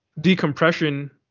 decompression